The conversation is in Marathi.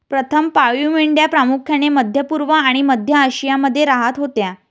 प्रथम पाळीव मेंढ्या प्रामुख्याने मध्य पूर्व आणि मध्य आशियामध्ये राहत होत्या